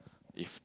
if